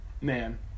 man